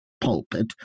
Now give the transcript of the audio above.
pulpit